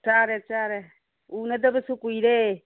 ꯆꯥꯔꯦ ꯆꯥꯔꯦ ꯎꯅꯗꯕꯁꯨ ꯀꯨꯏꯔꯦ